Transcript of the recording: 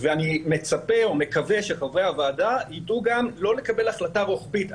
ואני מצפה ומקווה שחברי הוועדה יידעו גם לא לקבל החלטה רוחבית,